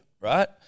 right